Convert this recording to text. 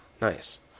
Nice